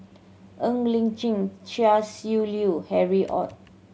Ng Li Chin Chia Shi Lu Harry Ord